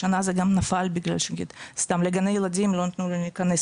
השנה זה גם נפל בגלל שלגני ילדים לא נתנו לנו להיכנס,